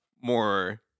more